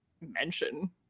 mention